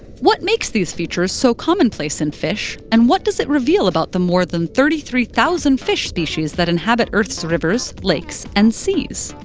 what makes these features so commonplace in fish, and what does it reveal about the more than thirty three thousand fish species that inhabit earth's rivers, lakes, and seas?